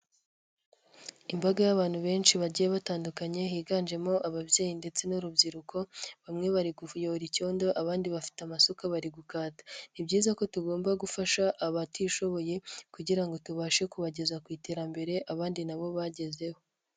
Imbaga y'abantu benshi bagiye batandukanye higanjemo ababyeyi ndetse n'urubyiruko, bamwe bari kuvuyora icyondo abandi bafite amasuka bari gukata, ni byiza ko tugomba gufasha abatishoboye kugira ngo tubashe kubageza ku iterambere abandi na bo bagezeho.